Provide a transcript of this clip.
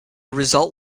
result